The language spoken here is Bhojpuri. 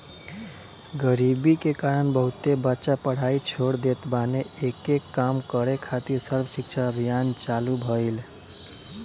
गरीबी के कारण बहुते बच्चा पढ़ाई छोड़ देत बाने, एके कम करे खातिर सर्व शिक्षा अभियान चालु भईल